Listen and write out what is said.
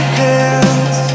hands